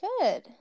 Good